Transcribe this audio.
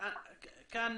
כאן